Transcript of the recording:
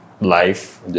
life